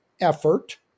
effort